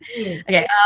Okay